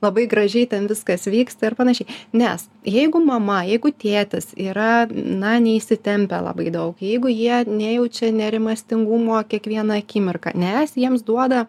labai gražiai ten viskas vyksta ir panašiai nes jeigu mama jeigu tėtis yra na neįsitempę labai daug jeigu jie nejaučia nerimastingumo kiekvieną akimirką nes jiems duoda